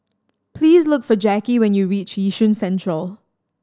please look for Jacky when you reach Yishun Central